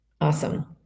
Awesome